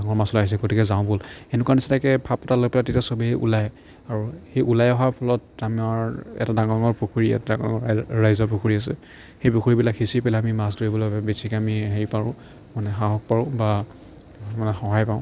ডাঙৰ মাছঅলা আহিছে গতিকে যাওঁ ব'ল এনেকুৱা নিচিনাকৈ ভাৱ এটা লৈ পেলাই তেতিয়া চবেই ওলায় আৰু সেই ওলাই অহাৰ ফলত আমাৰ এটা ডাঙৰ ডাঙৰ পুখুৰী এটা ডাঙৰ ৰাইজৰ পুখুৰী আছে সেই পুখুৰীবিলাক সিঁচি পেলাই আমি মাছ ধৰিবলৈ বাবে বেছিকৈ আমি হেৰি পাৰোঁ মানে সাহস পাৰোঁ বা মানে সহায় পাওঁ